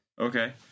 okay